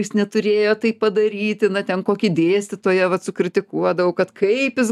jis neturėjo taip padaryti na ten kokį dėstytoją vat sukritikuodavau kad kaip jis